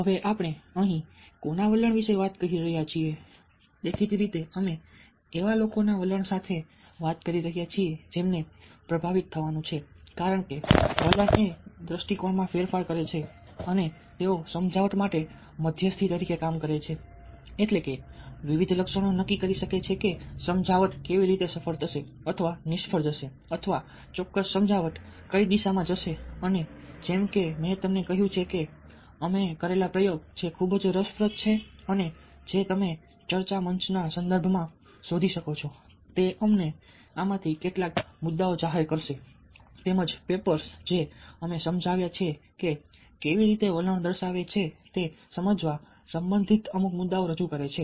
હવે આપણે અહીં કોના વલણ વિશે વાત કરી રહ્યા છીએ અમે દેખીતી રીતે એવા લોકોના વલણ વિશે વાત કરી રહ્યા છીએ જેમને પ્રભાવિત થવાનું છે કારણ કે વલણ એ દ્રષ્ટિકોણમાં ફેરફાર કરે છે અને તેઓ સમજાવટ માટે મધ્યસ્થી તરીકે કામ કરે છે એટલે કે વિવિધ વલણો નક્કી કરી શકે છે કે સમજાવટ કેવી રીતે સફળ થશે અથવા નિષ્ફળ જશે અથવા ચોક્કસ સમજાવટ કઈ દિશામાં જશે અને જેમ કે મેં તમને કહ્યું કે અમે કરેલા પ્રયોગો જે ખૂબ જ રસપ્રદ છે અને જે તમે ચર્ચા મંચના સંદર્ભમાં શોધી શકો છો તે તમને આમાંથી કેટલાક મુદ્દાઓ જાહેર કરશે તેમજ પેપર્સ જે અમે સમજાવ્યા છે કે કેવી રીતે વલણ દર્શાવે છે તે સમજાવવા સંબંધિત અમુક મુદ્દાઓ રજૂ કરે છે